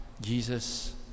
Jesus